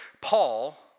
Paul